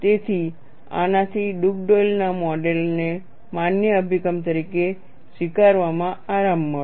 તેથી આનાથી ડુગડેલના મોડેલ Dugdale's modelને માન્ય અભિગમ તરીકે સ્વીકારવામાં આરામ મળ્યો